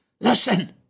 Listen